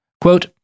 quote